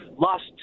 Lost